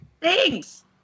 thanks